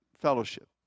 fellowship